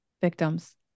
victims